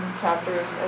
chapters